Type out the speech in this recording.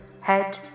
head